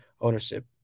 ownership